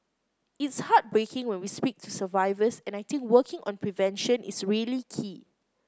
it's heartbreaking when we speak to survivors and I think working on prevention is really key